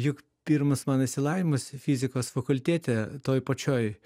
juk pirmas mano išsilavimas fizikos fakultėte toj pačioj